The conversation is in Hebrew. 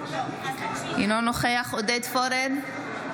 אינו נוכח עודד פורר,